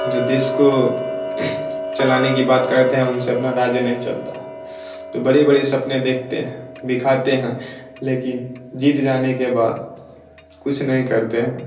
जो देश को चलाने की बात करते हैं उनसे अपना राज्य नहीं चलता वह बड़े बड़े सपने देखते हैं दिखाते हैं लेकिन जीत जाने के बाद कुछ नहीं करते हैं